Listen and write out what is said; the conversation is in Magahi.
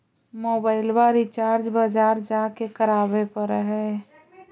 मोबाइलवा रिचार्ज बजार जा के करावे पर है?